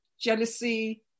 jealousy